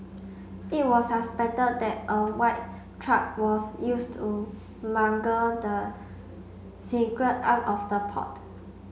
it was suspected that a white truck was used to smuggle the cigarette out of the port